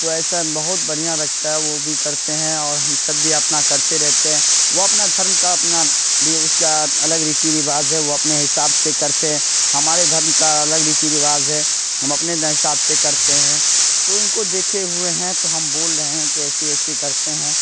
تو ایسا بہت بڑھیا رکھتا ہے وہ بھی کرتے ہیں اور ہم سب بھی اپنا کرتے رہتے ہیں وہ اپنا دھرم کا اپنا بھی اس کا الگ ریتی رواج ہے وہ اپنے حساب سے کرتے ہیں ہمارے دھرم کا الگ ریتی رواج ہے ہم اپنے حساب سے کرتے ہیں تو ان کو دیکھے ہوئے ہیں تو ہم بول رہے ہیں کہ ایسی ایسی کرتے ہیں